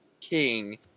king